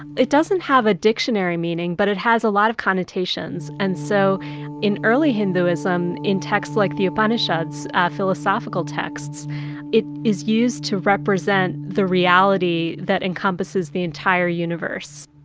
it doesn't have a dictionary meaning, but it has a lot of connotations. and so in early hinduism, in texts like the upanishads philosophical texts it is used to represent the reality that encompasses the entire universe